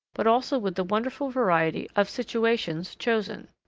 but also with the wonderful variety of situations chosen.